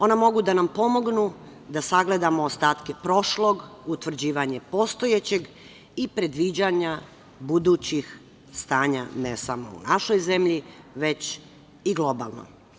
Ona mogu da nam pomognu da sagledamo ostatke prošlog, utvrđivanje postojećeg i predviđanja budućih stanja, ne samo u našoj zemlji, već i globalno.